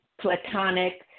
platonic